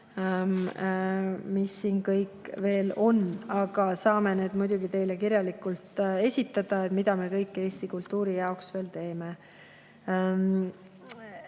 mis siin veel on, aga saame teile muidugi kirjalikult esitada, mida kõike me eesti kultuuri jaoks veel teeme.